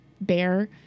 bear